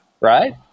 Right